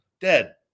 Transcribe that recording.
dead